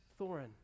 Thorin